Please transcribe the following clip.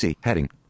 heading